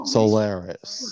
Solaris